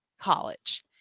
college